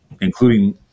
including